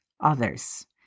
others